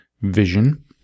vision